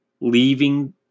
leaving